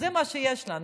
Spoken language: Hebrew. זה מה שיש לנו,